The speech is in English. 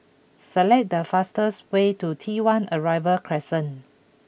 select the fastest way to T one Arrival Crescent